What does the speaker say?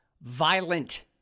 violent